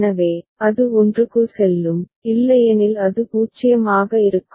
எனவே அது 1 க்கு செல்லும் இல்லையெனில் அது 0 ஆக இருக்கும்